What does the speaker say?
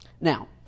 Now